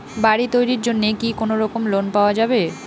বাড়ি তৈরির জন্যে কি কোনোরকম লোন পাওয়া যাবে?